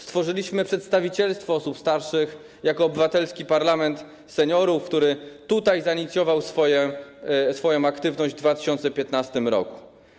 Stworzyliśmy przedstawicielstwo osób starszych jako Obywatelski Parlament Seniorów, który tutaj zainicjował swoją aktywność w 2015 r.